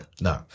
no